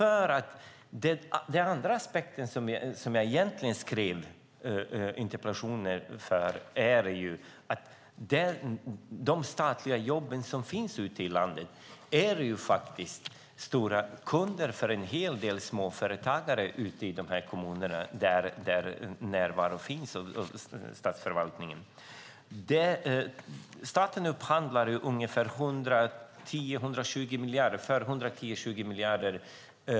Den andra aspekten som gjorde att jag skrev interpellationen är att de statliga myndigheter som finns ute i landet är stora kunder för en hel del småföretagare ute i kommuner där statsförvaltningen finns närvarande. Staten upphandlar varor och tjänster för ungefär 110-120 miljarder.